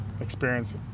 experience